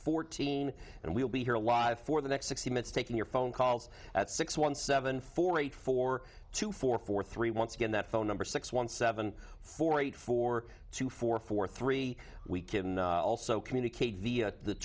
fourteen and we'll be here live for the next sixty minutes taking your phone calls at six one seven four eight four two four four three once again that phone number six one seven four eight four two four four three we can also communicate via the